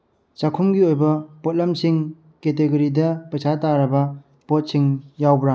ꯆꯥꯛꯈꯨꯝꯒꯤ ꯑꯣꯏꯕ ꯄꯣꯠꯂꯝꯁꯤꯡ ꯀꯦꯇꯒꯣꯔꯤꯗ ꯄꯩꯁꯥ ꯇꯥꯔꯕ ꯄꯣꯠꯁꯤꯡ ꯌꯥꯎꯕ꯭ꯔꯥ